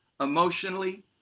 emotionally